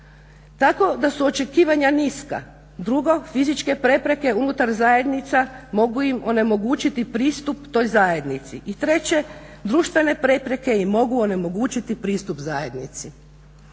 tako da su očekivanja niska. Drugo, fizičke prepreke unutar zajednica mogu im onemogućiti pristup toj zajednici i treće, društvene prepreke im mogu onemogućiti pristup zajednici.